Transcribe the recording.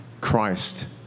Christ